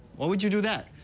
why would you do that?